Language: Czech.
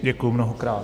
Děkuji mnohokrát.